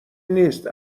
نیست